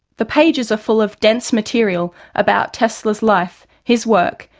the pages are full of dense material about tesla's life, his work,